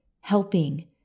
helping